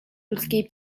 ludzkiej